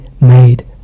made